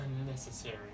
unnecessary